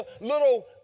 little